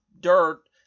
Dirt